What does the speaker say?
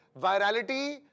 virality